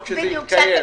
רק שזה יתקיים.